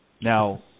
Now